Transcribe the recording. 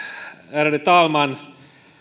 ärade talman